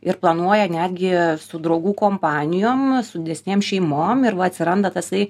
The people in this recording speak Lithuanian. ir planuoja netgi su draugų kompanijom su didesnėm šeimom ir va atsiranda tasai